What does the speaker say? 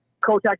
Coach